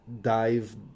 dive